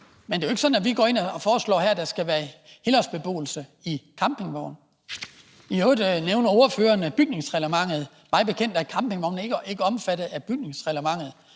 men det er jo ikke sådan, at vi her går ind og foreslår, at der skal være helårsbeboelse i campingvogne. I øvrigt nævner ordføreren bygningsreglementet. Mig bekendt er campingvogne ikke omfattet af bygningsreglementet;